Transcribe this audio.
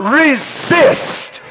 resist